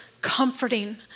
comforting